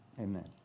Amen